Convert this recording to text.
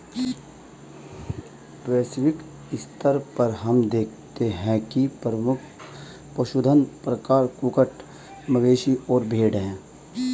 वैश्विक स्तर पर हम देखते हैं कि प्रमुख पशुधन प्रकार कुक्कुट, मवेशी और भेड़ हैं